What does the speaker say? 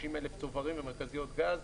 60,000 צוברים ומרכזיות גז,